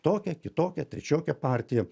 tokią kitokią trečiokią partiją